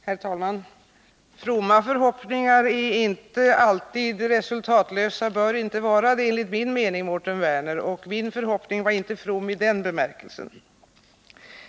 Herr talman! Fromma förhoppningar är inte alltid resultatlösa och bör, Mårten Werner, enligt min mening inte vara det. Min förhoppning var inte from i den bemärkelsen.